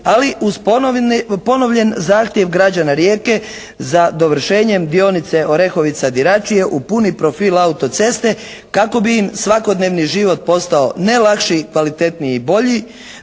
ali uz ponovljen zahtjev građana Rijeke za dovršenjem dionice Orehovica-Diračije u puni profil auto-ceste, kako bi im svakodnevni život postao ne lakši, kvalitetniji i bolji,